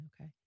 Okay